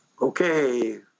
Okay